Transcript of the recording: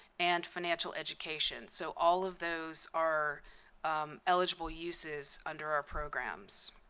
and financial education. so all of those are eligible uses under our programs.